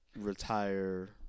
retire